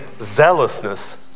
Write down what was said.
zealousness